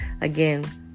again